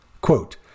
Quote